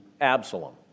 Absalom